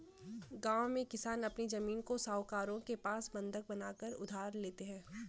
गांव में किसान अपनी जमीन को साहूकारों के पास बंधक बनाकर उधार लेते हैं